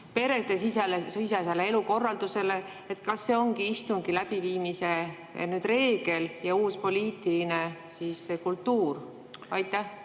peresisesele elukorraldusele. Kas see ongi istungi läbiviimise reegel ja uus poliitiline kultuur? Aitäh!